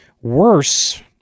Worse